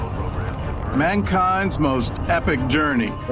mankind's most epic journey.